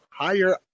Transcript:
Higher